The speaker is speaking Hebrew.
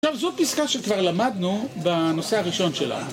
עכשיו זו פסקה שכבר למדנו בנושא הראשון שלה